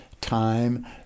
Time